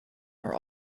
are